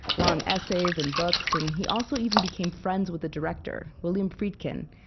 long essays and books and he also even became friends with the director, william friedkin,